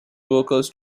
workers